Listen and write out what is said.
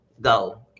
go